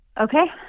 okay